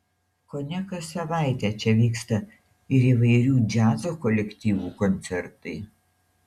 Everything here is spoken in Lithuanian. kone kas savaitę čia vyksta ir įvairių džiazo kolektyvų koncertai